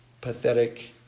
pathetic